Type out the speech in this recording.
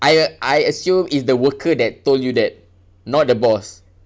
I I assume is the worker that told you that not the boss